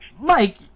Mike